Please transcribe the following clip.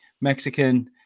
Mexican